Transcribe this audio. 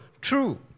True